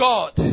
God